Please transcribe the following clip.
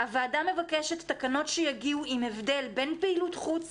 הוועדה מבקשת תקנות שיגיעו עם הבדל בין פעילות חוץ